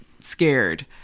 scared